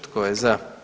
Tko je za?